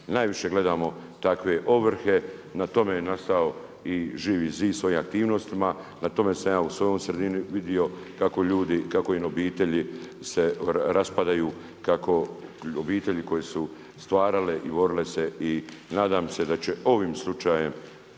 najviše gledamo takve ovrhe. Na tome je nastao i Živi zid svojim aktivnostima, na tome sam ja u svojoj sredini vidio kako ljudi, kako im obitelji se raspadaju, kako obitelji koje su stvarale i borile se. I nadam se da će ovim slučajem